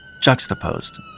juxtaposed